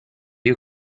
you